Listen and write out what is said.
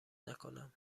نکنم